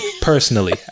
personally